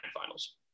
finals